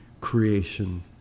creation